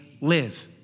live